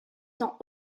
dans